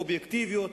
אובייקטיביות,